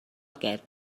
aquest